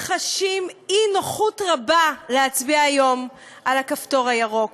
חשים אי-נוחות רבה ללחוץ היום על הכפתור הירוק